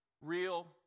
real